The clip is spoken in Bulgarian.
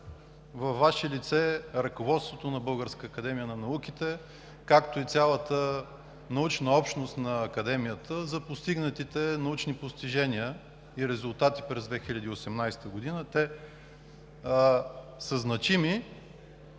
във Ваше лице ръководството на Българската академия на науките, както и цялата научна общност на Академията, за постигнатите научни постижения и резултати през 2018 г. Те са значими